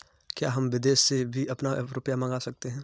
क्या हम विदेश से भी अपना रुपया मंगा सकते हैं?